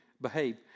behave